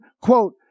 Quote